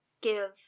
give